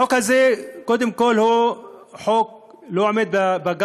החוק הזה, קודם כול, הוא חוק שלא עומד בבג"ץ.